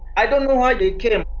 i don't know why they came.